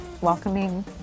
welcoming